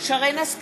אריאל אומר,